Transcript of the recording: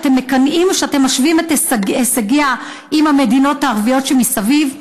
שאתם מקנאים כשאתם משווים את הישגיה עם המדינות הערביות שמסביב.